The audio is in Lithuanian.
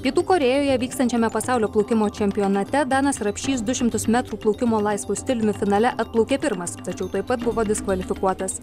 pietų korėjoje vykstančiame pasaulio plaukimo čempionate danas rapšys du šimtus metrų plaukimo laisvu stiliumi finale atplaukė pirmas tačiau tuoj pat buvo diskvalifikuotas